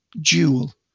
jewel